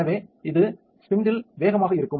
எனவே இது ஸ்பீண்டிலில் வேகமாக இருக்கும்